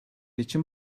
için